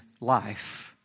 life